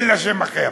אין לה שם אחר.